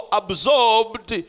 absorbed